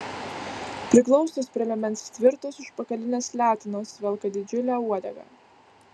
priglaustos prie liemens tvirtos užpakalinės letenos velka didžiulę uodegą